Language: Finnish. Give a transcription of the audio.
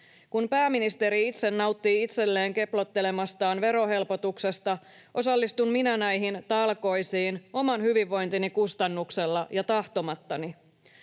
Kun pääministeri itse nauttii itselleen keplottelemastaan verohelpotuksesta, osallistun minä näihin talkoisiin oman hyvinvointini kustannuksella ja tahtomattani.